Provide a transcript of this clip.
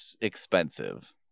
expensive